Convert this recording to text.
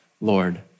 Lord